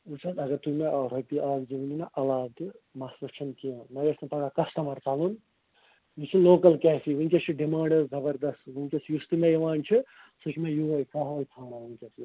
وُچھ حظ اگر تُہۍ مےٚ رۄپیہِ اَکھ زٕ ؤنِو نا عَلاو تہِ مَسلہٕ چھُ نہٕ کیٚنٛہہ مےٚ گَژھِ نہٕ پَگاہ کَسٹٕمَر ژَلُن مےٚ چھ لوکل کیفے وُنکٮ۪س چھِ ڈِمانڈ حظ زبردس وُنکٮ۪س چھُ یُس تہِ مےٚ یِوان چھُ سُہ چھُ مےٚ یِہَے قَہوے ژھانٛڈان وُنکٮ۪س لوکل